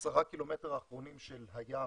10 קילומטר האחרונים של הים,